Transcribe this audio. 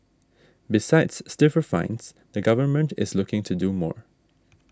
besides stiffer fines the government is looking to do more